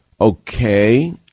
Okay